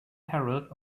herald